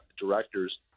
directors